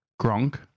Gronk